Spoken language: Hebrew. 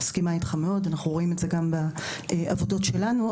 אני מסכימה איתך מאוד ואנחנו רואים את זה גם בעבודות שלנו.